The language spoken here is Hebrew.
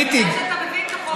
הביטי,